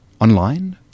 online